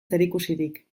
zerikusirik